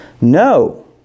No